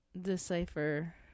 decipher